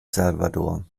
salvador